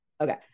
Okay